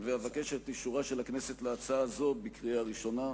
אבקש את אישורה של הכנסת להצעה זו בקריאה הראשונה.